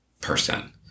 person